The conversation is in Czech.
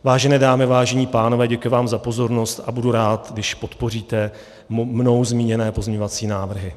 Vážené dámy, vážení pánové, děkuji vám za pozornost a budu rád, když podpoříte mnou zmíněné pozměňovací návrhy.